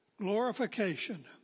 Glorification